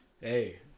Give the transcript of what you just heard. Hey